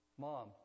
Mom